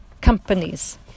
companies